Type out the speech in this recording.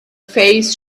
face